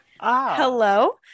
hello